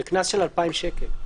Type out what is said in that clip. זה קנס של אלפיים שקל.